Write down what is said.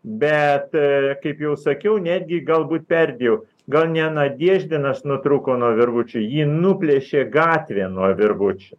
bet kaip jau sakiau netgi galbūt perdėjo gal ne nadeždinas nutrūko nuo virvučių jį nuplėšė gatvė nuo virvučių